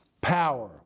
power